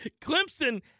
Clemson